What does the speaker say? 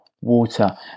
water